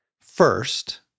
First